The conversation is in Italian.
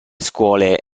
scuole